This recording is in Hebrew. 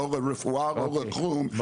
לא לרפואה ולא לכלום.